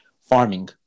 farming